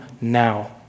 now